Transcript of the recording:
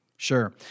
Sure